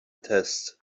test